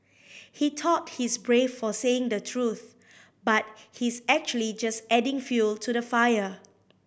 he thought he's brave for saying the truth but he's actually just adding fuel to the fire